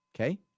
Okay